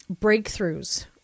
breakthroughs